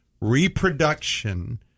reproduction